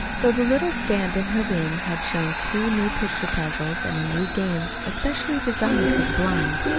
though the little stand in her room had shown two new picture puzzles and a new game especially designed for the blind,